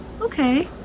okay